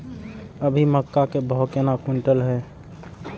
अभी मक्का के भाव केना क्विंटल हय?